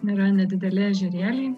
yra nedideli ežerėliai